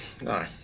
no